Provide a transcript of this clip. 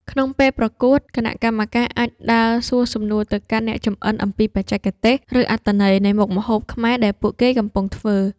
ក្នុងពេលប្រកួត គណៈកម្មការអាចដើរសួរសំណួរទៅកាន់អ្នកចម្អិនអំពីបច្ចេកទេស ឬអត្ថន័យនៃមុខម្ហូបខ្មែរដែលពួកគេកំពុងធ្វើ។